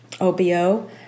OBO